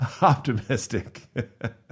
optimistic